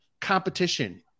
competition